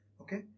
okay